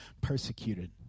persecuted